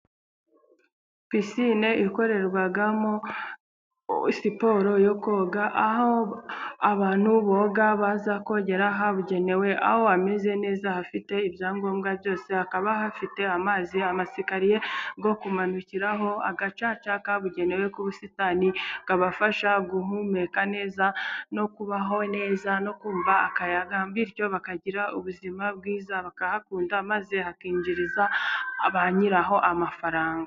Pisine ikorerwamo siporo yo koga, aho abantu boga baza kogera ahabugenewe, aho ameze neza ahafite ibyangombwa byose, hakaba hafite amazi, amasikariye yo kumanukiraho, agacaca kabugenewe k'ubusitani, kabafasha guhumeka neza no kubaho neza, no kumva akayaga, bityo bakagira ubuzima bwiza bakahakunda, maze hakinjiriza banyiraho amafaranga.